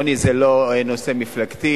עוני זה לא נושא מפלגתי,